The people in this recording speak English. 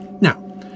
Now